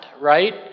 Right